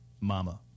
Mama